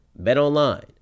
BetOnline